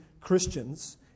Christians